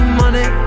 money